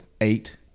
eight